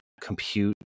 compute